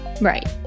Right